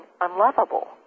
unlovable